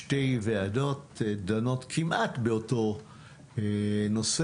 שתי ועדות דנות כמעט באותו נושא.